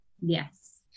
yes